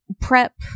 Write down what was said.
prep